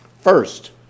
First